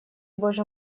боже